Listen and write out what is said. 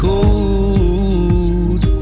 Cold